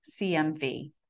CMV